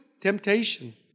temptation